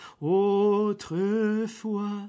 autrefois